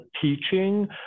teaching